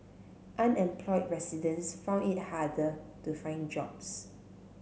unemployed residents found it harder to find jobs